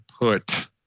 put